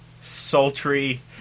sultry